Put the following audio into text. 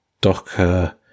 docker